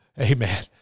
Amen